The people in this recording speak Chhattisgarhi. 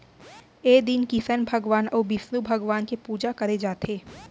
ए दिन किसन भगवान अउ बिस्नु भगवान के पूजा करे जाथे